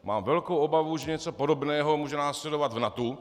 Mám velkou obavu, že něco podobného může následovat v NATO.